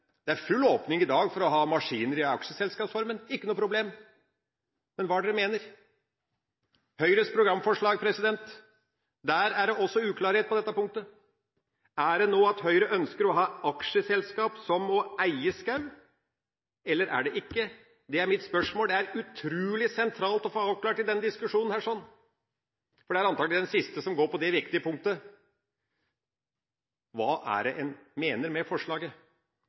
Det er full åpning i dag for å ha maskiner i aksjeselskapsformen – ikke noe problem. Men hva er det de mener? I Høyres programforslag er det også uklarhet på dette punktet. Er det sånn at Høyre ønsker å ha aksjeselskap som må eie skog, eller er det ikke? Det er mitt spørsmål. Det er utrolig sentralt å få avklart det i denne diskusjonen, for det er antagelig den siste som går på dette viktige punktet. Hva er det en mener med forslaget?